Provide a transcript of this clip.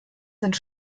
sind